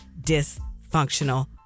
dysfunctional